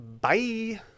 Bye